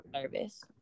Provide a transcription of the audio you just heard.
service